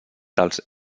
dels